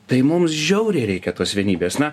tai mums žiauriai reikia tos vienybės na